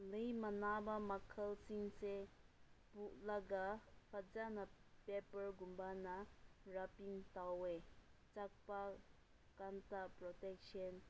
ꯂꯩ ꯃꯥꯟꯅꯕ ꯃꯈꯜꯁꯤꯡꯁꯦ ꯄꯨꯜꯂꯒ ꯐꯖꯅ ꯄꯦꯄꯔꯒꯨꯝꯕꯅ ꯔꯕꯤꯡ ꯇꯧꯏ ꯆꯞꯄ ꯀꯥꯟꯇ ꯄ꯭ꯔꯣꯇꯦꯛꯁꯟ